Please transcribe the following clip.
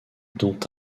dont